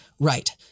Right